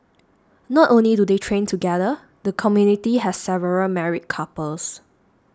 not only do they train together the community has several married couples